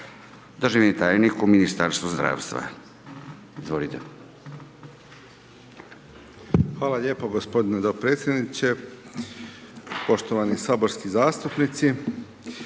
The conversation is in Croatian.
Državni tajnik u Ministarstvu zdravstva. Izvolite. **Dulibić, Tomislav (HDZ)** Hvala lijepo gospodine dopredsjedniče, poštovani saborski zastupnici.